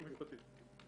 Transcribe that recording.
אני